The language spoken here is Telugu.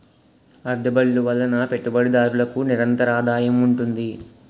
అద్దె బళ్ళు వలన పెట్టుబడిదారులకు నిరంతరాదాయం ఉంటుంది